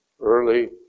early